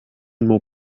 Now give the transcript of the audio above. more